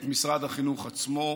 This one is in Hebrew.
את משרד החינוך עצמו,